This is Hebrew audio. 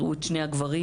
הראו את שני הגברים,